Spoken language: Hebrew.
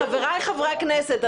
חברי הכנסת,